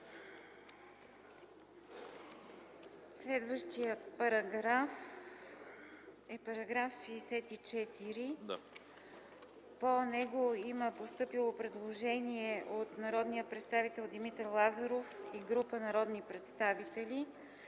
Следващият параграф е § 64. По него е постъпило предложение от народния представител Димитър Лазаров и група народни представители.